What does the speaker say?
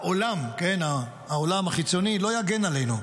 העולם" כן, העולם החיצוני, "לא יגן עלינו,